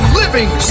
living